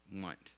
want